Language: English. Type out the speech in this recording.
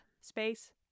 space